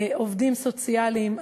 עובדים סוציאליים,